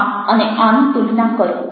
આ અને આ ની તુલના કરો